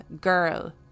girl